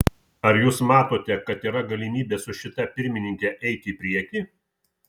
ar jūs matote kad yra galimybė su šita pirmininke eiti į priekį